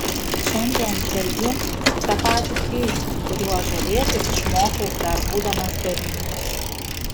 šiandien žvelgiu į tą patį kryžių kuriuo žavėtis išmokau dar būdamas berniukas